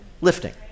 lifting